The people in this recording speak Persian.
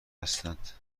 هستند